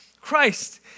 Christ